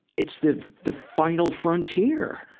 it's the, the final frontier.